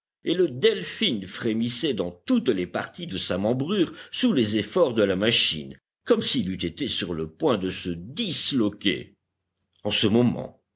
et le delphin frémissait dans toutes les parties de sa membrure sous les efforts de la machine comme s'il eût été sur le point de se disloquer en ce moment